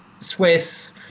Swiss